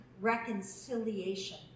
reconciliation